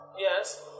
Yes